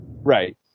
Right